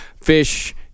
fish